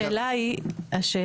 השאלה היא אם